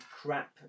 crap